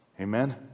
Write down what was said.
Amen